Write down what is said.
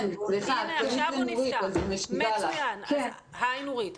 אני יותר מסתכלת בהיבט המקצועי --- אבל רק הסדרנות זה 50 מיליון שקל,